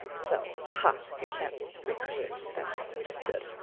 so ha, you can't recreate that song. we just did